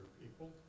people